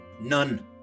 None